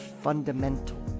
Fundamental